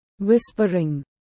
whispering